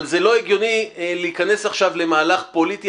אבל זה לא הגיוני להיכנס עכשיו למהלך פוליטי,